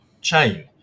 chain